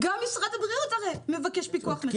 גם משרד הבריאות מבקש פיקוח מסוים.